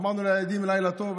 אמרנו לילדים לילה טוב,